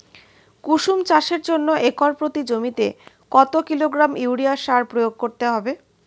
কুসুম চাষের জন্য একর প্রতি জমিতে কত কিলোগ্রাম ইউরিয়া সার প্রয়োগ করতে হবে?